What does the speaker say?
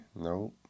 Nope